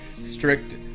strict